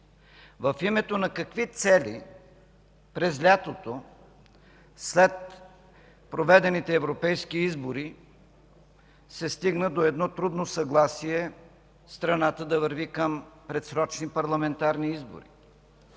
В името на какви цели през лятото след проведените европейски избори се стигна до едно трудно съгласие страната да върви към предсрочни парламентарни избори?